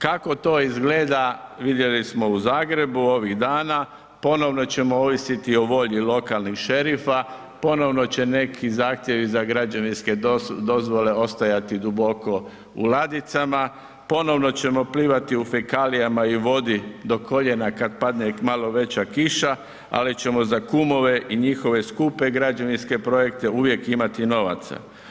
Kako to izgleda, vidjeli smo u Zagrebu ovih dana, ponovno ćemo ovisiti o volji lokalnih šerifa, ponovno će neki zahtjevi za građevinske dozvole ostajati duboko u ladicama, ponovno ćemo plivati u fekalijama i vodi do koljena kad padne malo veća kiša ali ćemo za kumove i njihove skupe građevinske projekte uvijek imati novaca.